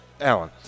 Alan